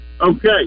Okay